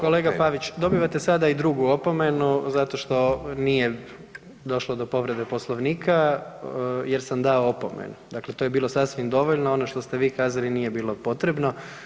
Kolega Pavić, dobivate sada i drugu opomenu zato što nije došlo do povrede Poslovnika, jer sam dao opomenu, dakle, to je bilo sasvim dovoljno, ono što ste vi kazali, nije bilo potrebno.